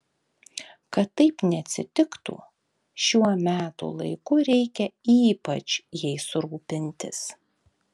kad taip neatsitiktų šiuo metų laiku reikia ypač jais rūpintis